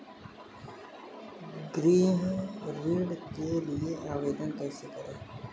गृह ऋण के लिए आवेदन कैसे करें?